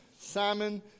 Simon